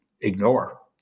ignore